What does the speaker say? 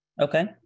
Okay